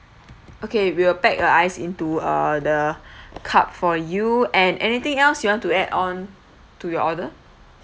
okay we'll pack the ice into uh the cup for you and anything else you want to add on to your order